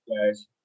guys